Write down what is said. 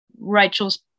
Rachel's